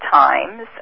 times